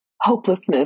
hopelessness